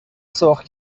سرخ